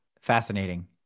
fascinating